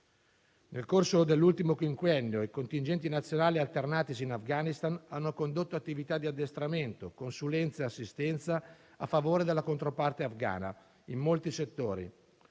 Nel corso dell'ultimo quinquennio i contingenti nazionali alternatisi in Afghanistan hanno condotto attività di addestramento, consulenza e assistenza a favore della controparte afghana in molti settori;